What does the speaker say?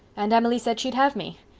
and emily said she'd have me.